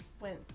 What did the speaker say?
went